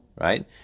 right